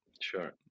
Sure